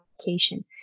application